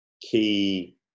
key